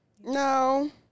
no